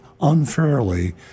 unfairly